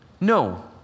No